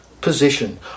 position